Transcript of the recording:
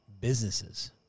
businesses